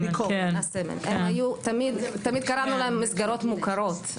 תמיד קראנו להם מסגרות מוכרות.